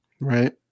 Right